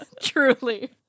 truly